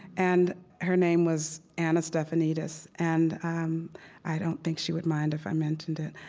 and her name was anna stefanidis. and um i don't think she would mind if i mentioned it.